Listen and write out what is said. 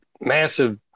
massive